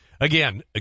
again